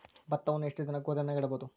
ಭತ್ತವನ್ನು ಎಷ್ಟು ದಿನ ಗೋದಾಮಿನಾಗ ಇಡಬಹುದು?